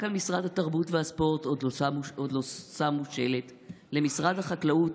// רק על משרד התרבות והספורט עוד לא שמו שלט / למשרד החקלאות